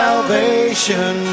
Salvation